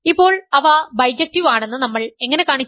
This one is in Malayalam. ഇപ്പോൾ അവ ബൈജെക്ടിവ് ആണെന്ന് നമ്മൾ എങ്ങനെ കാണിക്കും